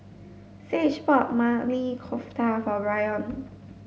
Sage bought Maili Kofta for Byron